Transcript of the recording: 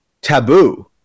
taboo